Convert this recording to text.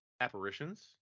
Apparitions